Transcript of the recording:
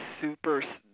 super